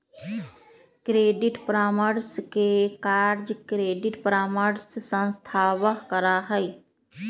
credit परामर्श के कार्य क्रेडिट परामर्श संस्थावह करा हई